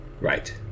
Right